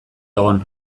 egon